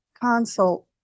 consult